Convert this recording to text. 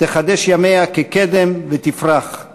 תחדש ימיה כקדם ותפרח";